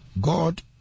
God